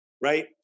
right